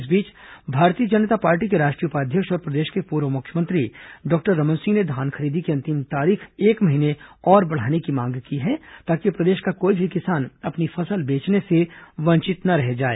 इस बीच भारतीय जनता पार्टी के राष्ट्रीय उपाध्यक्ष और प्रदेश के पूर्व मुख्यमंत्री डॉक्टर रमन सिंह ने धान खरीदी की अंतिम तारीख एक महीने और बढ़ाने की मांग की है ताकि प्रदेश का कोई भी किसान अपनी फसल बेचने से वंचित ना रह जाए